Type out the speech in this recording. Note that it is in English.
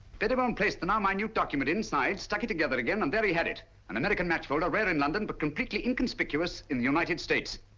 pettibone placed the now minute document inside, stuck it together again and there he had it. an american match folder, rare in london but completely inconspicuous in the united states.